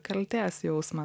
kaltės jausmą